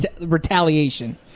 retaliation